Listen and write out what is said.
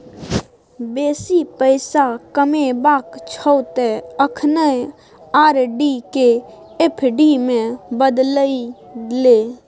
बेसी पैसा कमेबाक छौ त अखने आर.डी केँ एफ.डी मे बदलि ले